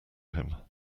him